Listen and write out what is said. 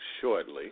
shortly